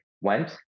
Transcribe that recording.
went